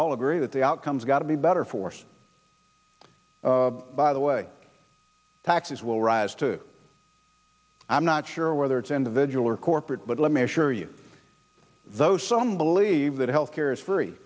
all agree that the outcomes got to be better for by the way taxes will rise to i'm not sure whether it's individual or corporate but let me assure you though some believe that health care is free